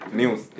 news